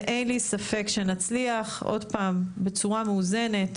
ואין לי ספק שנצליח בצורה מאוזנת